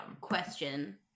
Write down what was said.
question